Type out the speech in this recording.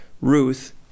Ruth